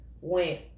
went